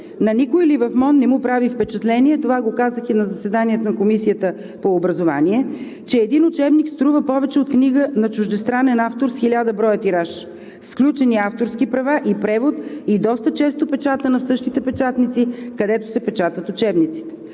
и науката не му прави впечатление – това го казах и на заседанието на Комисията по образование, че един учебник струва повече от книга на чуждестранен автор с хиляда броя тираж, с включени авторски права и превод, и доста често печатана в същите печатници, където се печатат учебниците.